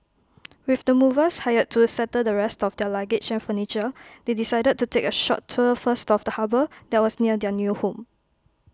with the movers hired to settle the rest of their luggage and furniture they decided to take A short tour first of the harbour that was near their new home